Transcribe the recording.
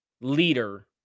leader